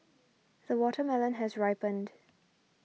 the watermelon has ripened